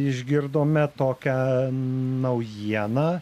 išgirdome tokią naujieną